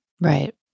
Right